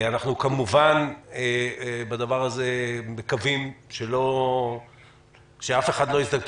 אנחנו כמובן בדבר הזה מקווים שאף אחד לא יזדקק,